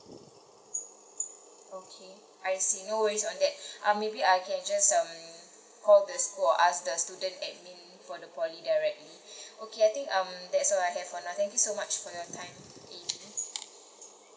okay I see no worries on that um maybe I can just um call the school or ask the student admin for the P_O_L_Y directly okay I think um that's all I have for now thank you so much for your time amy